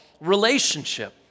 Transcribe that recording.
relationship